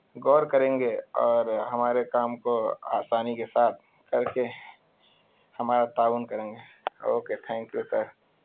غور کریں گے اور ہمارے کام کو آسانی کے ساتھ کر کے ہمارا تعاون کریں گے اوکے تھینک یو سر